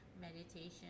Meditation